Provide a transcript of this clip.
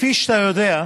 כפי שאתה יודע,